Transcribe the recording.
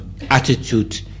attitude